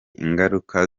ingaruka